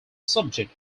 subject